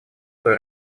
той